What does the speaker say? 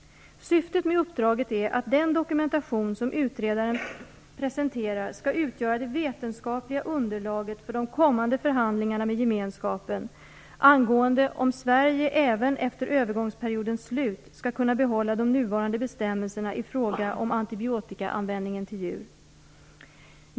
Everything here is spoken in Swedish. Syftet med uppdraget är att den dokumentation som utredaren presenterar skall utgöra det vetenskapliga underlaget för de kommande förhandlingarna med gemenskapen angående om Sverige även efter övergångsperiodens slut skall kunna behålla de nuvarande bestämmelserna i fråga om antibiotikaanvändningen till djur.